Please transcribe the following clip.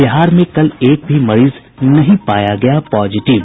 बिहार में कल एक भी मरीज नहीं पाया गया पॉजिटिव